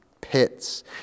pits